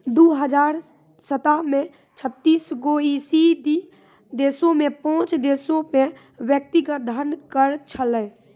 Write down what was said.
दु हजार सत्रह मे छत्तीस गो ई.सी.डी देशो मे से पांच देशो पे व्यक्तिगत धन कर छलै